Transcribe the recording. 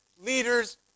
leaders